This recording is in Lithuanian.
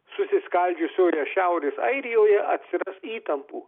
susiskaldžiusioje šiaurės airijoje atsiras įtampų